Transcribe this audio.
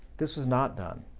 this was not done,